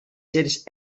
cents